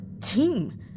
team